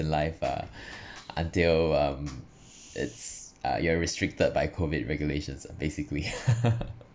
in life ah until um it's uh you are restricted by COVID regulations ah basically